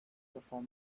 before